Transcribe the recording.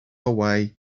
away